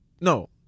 No